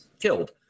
killed